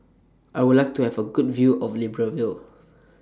I Would like to Have A Good View of Libreville